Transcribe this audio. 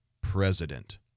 president